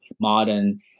modern